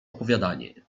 opowiadanie